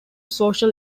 social